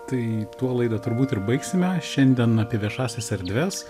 tai tuo laidą turbūt ir baigsime šiandien apie viešąsias erdves